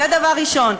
זה דבר ראשון.